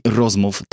rozmów